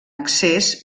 excés